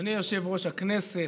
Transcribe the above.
אדוני יושב-ראש הכנסת,